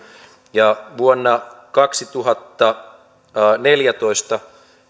ja vuonna kaksituhattaneljätoista